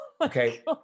Okay